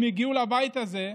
הם הגיעו לבית הזה,